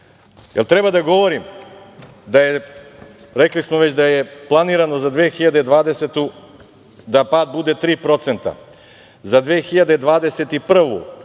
treba da govorim, rekli smo već, da je planirano za 2020. godinu da pad bude 3%. Za 2021.